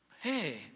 Hey